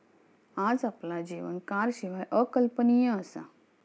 आज आपला जीवन कारशिवाय अकल्पनीय असा